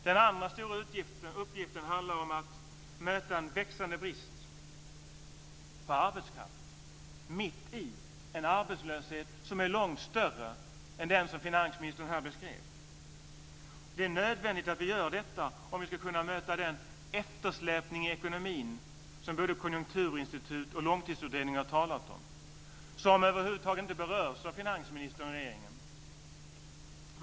Den andra stora uppgiften handlar om att möta en växande brist på arbetskraft mitt i en arbetslöshet som är långt större än den som finansministern här beskrev. Det är nödvändigt att vi gör detta om vi ska kunna möta den eftersläpning i ekonomin som både konjunkturinstitut och långtidsutredning har talat om och som över huvud taget inte berörs av finansministern och regeringen.